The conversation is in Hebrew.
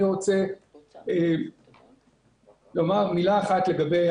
אני רוצה לומר מילה אחת לגבי